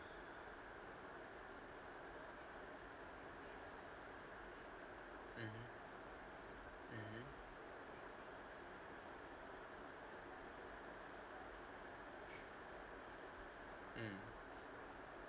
mmhmm mmhmm mm